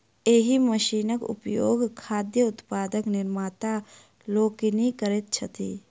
एहि मशीनक उपयोग खाद्य उत्पादक निर्माता लोकनि करैत छथि